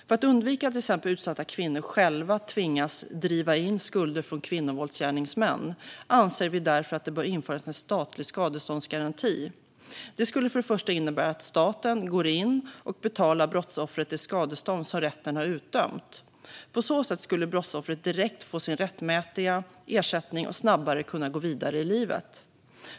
För att undvika att till exempel utsatta kvinnor själva tvingas driva in skulder från kvinnovåldsgärningsmän anser vi därför att en statlig skadeståndsgaranti bör införas. Det skulle för det första innebära att staten går in och betalar brottsoffret det skadestånd som rätten har utdömt. På så sätt skulle brottsoffret direkt få sin rättmätiga ersättning och snabbare kunna gå vidare i livet.